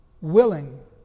Willing